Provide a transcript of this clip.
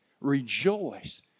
Rejoice